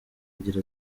agira